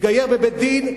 התגייר בבית-דין,